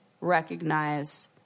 recognize